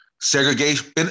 Segregation